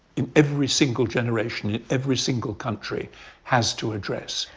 in every single generation, in every single country has to address.